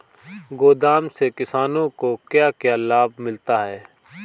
गोदाम से किसानों को क्या क्या लाभ मिलता है?